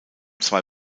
zwei